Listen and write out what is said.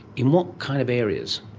in what kind of areas?